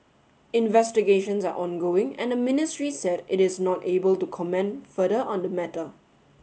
investigations are ongoing and the ministry said it is not able to comment further on the matter